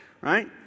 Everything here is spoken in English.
right